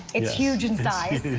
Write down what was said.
it's huge in size.